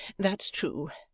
that's true